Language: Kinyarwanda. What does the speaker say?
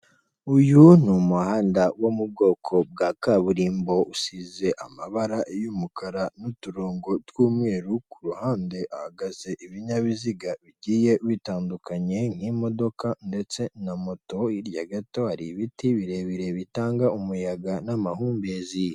Uyu ni umuhanda wo mu bwoko bwa kaburimbo usize amabara y'umukara n'uturongo tw'umweru kuruhande, hahagaze ibinyabiziga bigiye bitandukanye, nk'imodoka ndetse na moto, hirya gato hari ibiti birebire bitanga umuyaga n'amahumbezi.